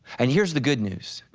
and here's the good news,